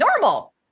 normal